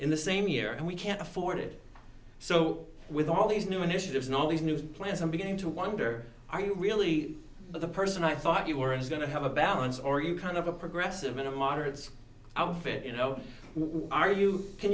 in the same year and we can't afford it so with all these new initiatives not these new plans i'm beginning to wonder are you really the person i thought you were is going to have a balance or you kind of a progressive in a moderate outfit you know who are you can